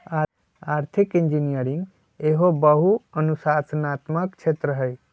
आर्थिक इंजीनियरिंग एहो बहु अनुशासनात्मक क्षेत्र हइ